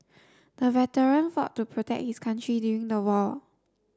the veteran fought to protect his country during the war